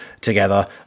together